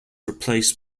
replaced